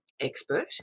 expert